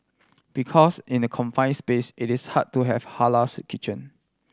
because in a confine space it is hard to have halals kitchen